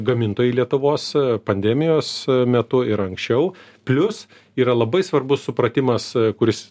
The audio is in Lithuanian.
gamintojai lietuvos pandemijos metu ir anksčiau plius yra labai svarbus supratimas kuris